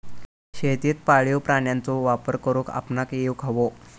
शेतीत पाळीव प्राण्यांचो वापर करुक आपणाक येउक हवो